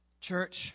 Church